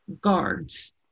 guards